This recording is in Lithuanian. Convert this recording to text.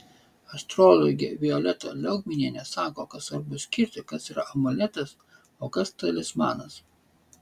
astrologė violeta liaugminienė sako kad svarbu skirti kas yra amuletas o kas talismanas